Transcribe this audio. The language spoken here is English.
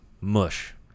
Mush